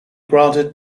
granted